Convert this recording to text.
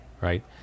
right